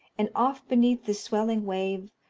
and oft beneath the swelling wave,